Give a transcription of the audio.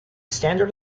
standard